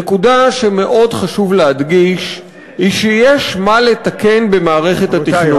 נקודה שמאוד חשוב להדגיש היא שיש מה לתקן במערכת התכנון.